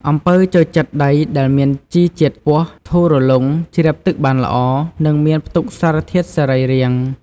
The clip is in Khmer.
អំពៅចូលចិត្តដីដែលមានជីជាតិខ្ពស់ ធូររលុង ជ្រាបទឹកបានល្អ និងមានផ្ទុកសារធាតុសរីរាង្គច្រើន។